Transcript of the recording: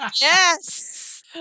Yes